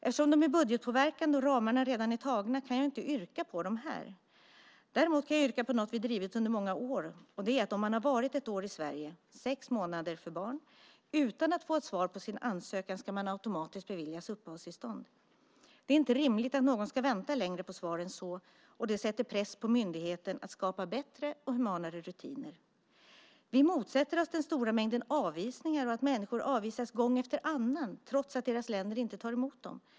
Eftersom de är budgetpåverkande och ramarna redan är tagna kan jag inte yrka på dem här. Däremot kan jag yrka på något vi drivit under många år, och det är att om man har varit ett år i Sverige, sex månader för barn, utan att få ett svar på sin ansökan ska man automatiskt beviljas uppehållstillstånd. Det är inte rimligt att någon ska få vänta längre på svar än så, och det sätter press på myndigheten att skapa bättre och humanare rutiner. Vi motsätter oss den stora mängden avvisningar och att människor avvisas gång efter annan trots att deras länder inte tar emot dem.